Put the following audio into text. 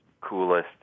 coolest